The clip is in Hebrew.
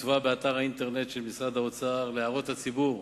הוצבה באתר האינטרנט של משרד האוצר להערות הציבור.